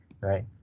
right